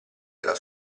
della